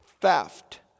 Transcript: theft